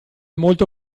molto